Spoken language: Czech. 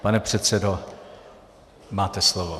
Pane předsedo, máte slovo.